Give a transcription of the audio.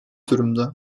durumda